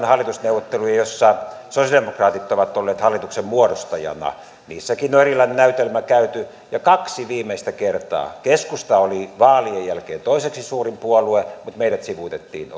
hallitusneuvotteluja joissa sosiaalidemokraatit ovat olleet hallituksen muodostajana niissäkin on eräänlainen näytelmä käyty ja kaksi viimeistä kertaa keskusta oli vaalien jälkeen toiseksi suurin puolue mutta meidät sivuutettiin